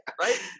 Right